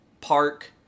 park